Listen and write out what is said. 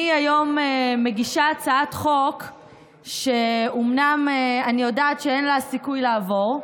אני היום מגישה הצעת חוק שאומנם אני יודעת שאין לה סיכוי לעבור,